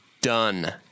Done